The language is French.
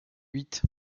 huit